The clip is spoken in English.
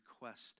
request